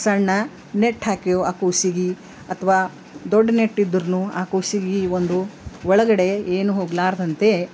ಸಣ್ಣ ನೆಟ್ ಹಾಕಿಯೋ ಆ ಕೂಸಿಗೆ ಅಥವಾ ದೊಡ್ಡ ನೆಟ್ ಇದ್ದರೂ ಆ ಕೂಸಿಗೆ ಒಂದು ಒಳಗಡೆ ಏನು ಹೋಗಲಾರ್ದಂತೆ